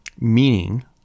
Meaning